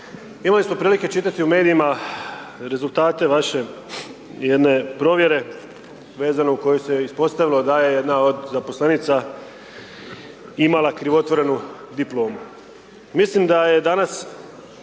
imali smo prilike čitati u medijima rezultate vaše jedne provjere vezano u kojoj se ispostavilo da je jedna od zaposlenica imala krivotvorenu diplomu. Mislim da je danas